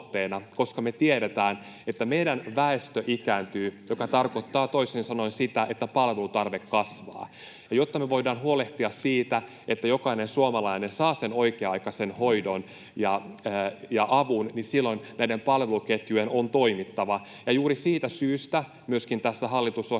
koska me tiedetään, että meidän väestö ikääntyy, mikä tarkoittaa toisin sanoen sitä, että palvelutarve kasvaa. Ja jotta me voidaan huolehtia siitä, että jokainen suomalainen saa sen oikea-aikaisen hoidon ja avun, niin silloin näiden palveluketjujen on toimittava. Juuri siitä syystä myöskin tässä hallitusohjelmassa